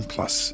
Plus